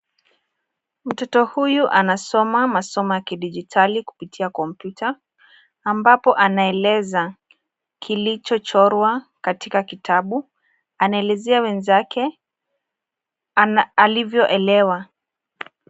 Mtoto huyu anasoma masomo ya kidijitali kupitia kompyuta ambapo anaeleza kilicho chorwa katika kitabu. Anaelezea wenzake alivyoelewa.